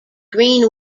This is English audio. green